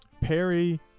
perry